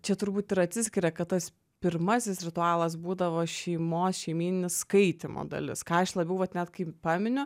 čia turbūt ir atsiskiria kad tas pirmasis ritualas būdavo šeimos šeimyninis skaitymo dalis ką aš labiau vat net kai paminiu